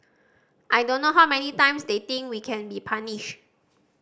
I don't know how many times they think we can be punished